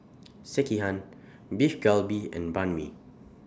Sekihan Beef Galbi and Banh MI